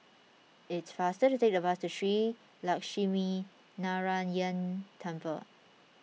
it is faster to take the bus to Shree Lakshminarayanan Temple